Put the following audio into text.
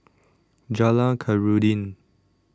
Jalan Khairuddin